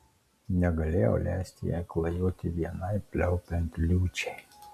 negalėjau leisti jai klajoti vienai pliaupiant liūčiai